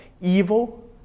evil